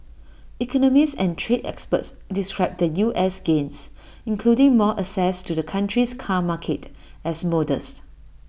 economists and trade experts described the U S gains including more access to the country's car market as modest